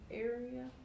area